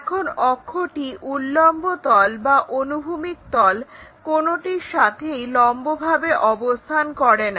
এখন অক্ষটি উল্লম্ব তল বা অনুভূমিক তল কোনটির সাথেই লম্বভাবে অবস্থান করে না